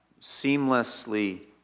seamlessly